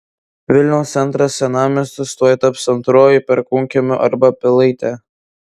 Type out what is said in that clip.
vilniaus centras senamiestis tuoj taps antruoju perkūnkiemiu arba pilaite